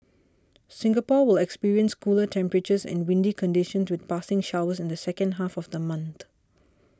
Singapore will experience cooler temperatures and windy conditions with passing showers in the second half of the month